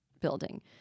building